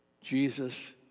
Jesus